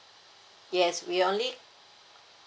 yes we only